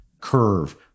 curve